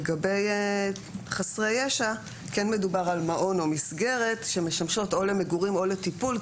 לגבי חסרי ישע כן מדובר על מעון או מסגרת שמשמשות או למגורים או לטיפול,